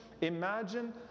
imagine